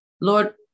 Lord